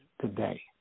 today